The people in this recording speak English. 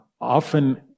often